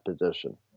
position